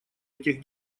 этих